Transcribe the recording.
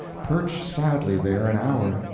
perch sadly there an hour,